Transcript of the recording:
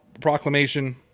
proclamation